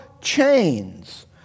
chains